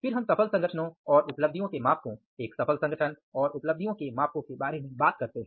फिर हम सफल संगठनों और उपलब्धियों के मापको एक सफल संगठन और उपलब्धियों के मापको के बारे में बात करते हैं